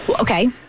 Okay